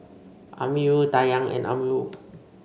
Amirul Dayang and Amirul